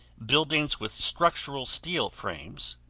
buildings with structural steel frames,